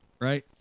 Right